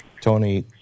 Tony